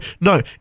No